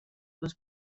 was